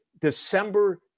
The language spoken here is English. December